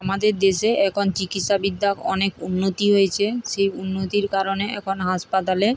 আমাদের দেশে এখন চিকিৎসাবিদ্যা অনেক উন্নতি হয়েছে সেই উন্নতির কারণে এখন হাসপাতালে